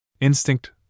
Instinct